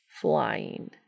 Flying